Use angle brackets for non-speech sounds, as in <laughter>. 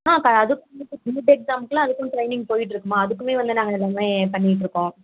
ஆ க அதுக்கும் <unintelligible> நீட் எக்ஸாமுக்குலாம் அதுக்கும் ட்ரெயினிங் போயிட்டுருக்கும்மா அதுக்குமே வந்து நாங்கள் எல்லாமே பண்ணிட்டுருக்கோம்